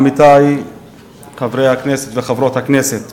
עמיתי חברי הכנסת וחברות הכנסת,